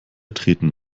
treten